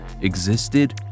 existed